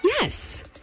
Yes